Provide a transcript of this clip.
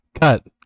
Cut